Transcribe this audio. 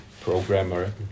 programmer